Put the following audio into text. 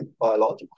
biological